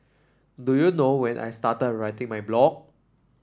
do you know when I started writing my blog